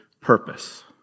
purpose